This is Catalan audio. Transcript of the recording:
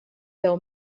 deu